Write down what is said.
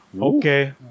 Okay